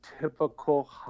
typical